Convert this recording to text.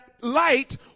light